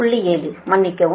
7 மன்னிக்கவும்